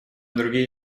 другие